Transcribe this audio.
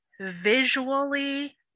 visually